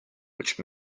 which